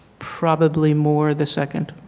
probably more the second,